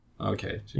Okay